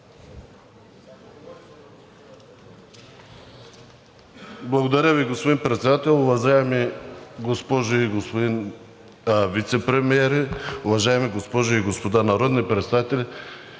Благодаря Ви, господин Председател. Уважаеми госпожо и господин вицепремиери, уважаеми госпожи и господа народни представители!